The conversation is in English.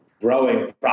growing